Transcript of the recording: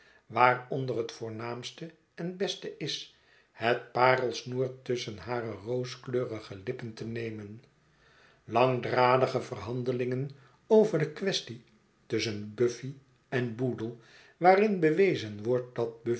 waaronder het voornaamste en beste is het parelsnoer tusschen hare rooskleurige lippen te nemen langdradige verhandelingen over de questie tusschen buffy en boodle waarin bewezen wordt